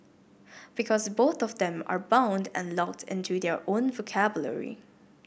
because both of them are bound and locked into their own vocabulary